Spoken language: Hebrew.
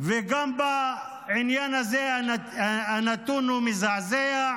וגם בעניין הזה הנתון מזעזע.